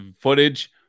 footage